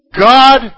God